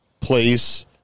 place